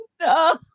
no